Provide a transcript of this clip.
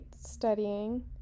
studying